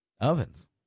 ovens